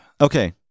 okay